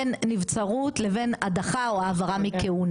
בין נבצרות לבין הדחה או העברה מכהונה.